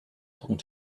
talking